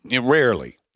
rarely